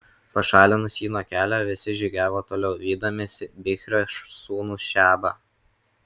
pašalinus jį nuo kelio visi žygiavo toliau vydamiesi bichrio sūnų šebą